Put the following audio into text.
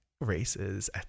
races